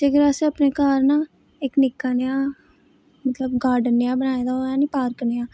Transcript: अगर असें अपने घर ना इक निक्का नेहा गार्डन नेहा बनाए दा होऐ ना पार्क नेहा